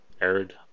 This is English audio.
arid